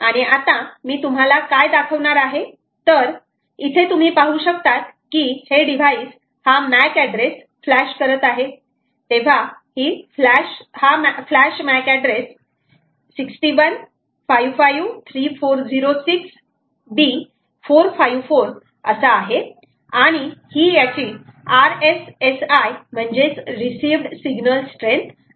आणि आता मी तुम्हाला काय दाखवणार आहे तर इथे तुम्ही पाहू शकतात की हे डिवाइस हा मॅक एड्रेस फ्लॅश करत आहे तेव्हा हा फ्लॅश मॅक एड्रेस 61553406 b 454 असा आहे आणि ही याची RSSI म्हणजेच रिसिव्हड सिग्नल स्ट्रेंथ आहे